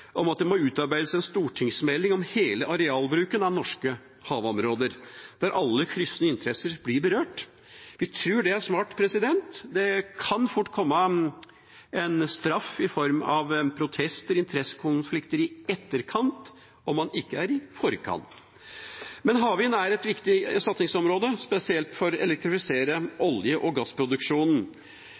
om at det må utarbeides en stortingsmelding om hele arealbruken av norske havområder, der alle kryssende interesser blir berørt. Vi tror det er smart. Det kan fort komme en straff i form av protester og interessekonflikter i etterkant om man ikke er i forkant. Men havvind er et viktig satsingsområde, spesielt for å elektrifisere olje- og gassproduksjonen.